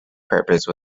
purpose